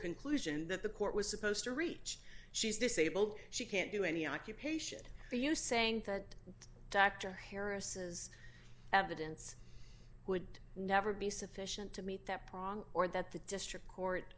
conclusion that the court was supposed to reach she's disabled she can't do any occupation are you saying that dr harris's evidence would never be sufficient to meet that prong or that the district court